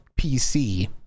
pc